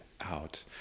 out